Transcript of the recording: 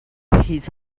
his